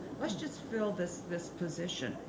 let's just fill this this position.